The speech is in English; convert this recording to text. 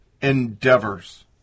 endeavors